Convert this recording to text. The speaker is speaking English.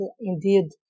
indeed